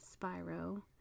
Spyro